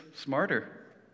smarter